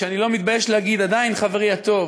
ואני לא מתבייש להגיד: עדיין חברי הטוב,